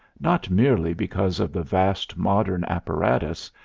not merely because of the vast modern apparatus,